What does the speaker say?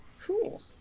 Cool